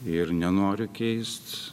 ir nenoriu keist